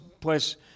pues